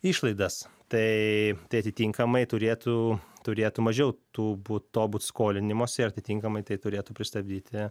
išlaidas tai tai atitinkamai turėtų turėtų mažiau tų būt to būt skolinimosi ir atitinkamai tai turėtų pristabdyti